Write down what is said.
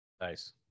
Nice